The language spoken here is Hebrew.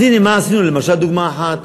אז הנה מה עשינו, למשל, דוגמה אחת.